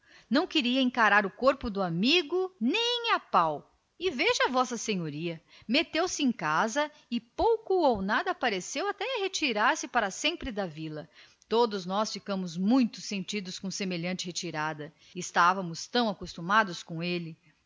não podia encarar com o corpo do josé e veja v s a meteu-se em casa e pouco nada apareceu até que se retirou para sempre cá da vila todos nós sentimos deveras semelhante retirada estávamos tão acostumados com ele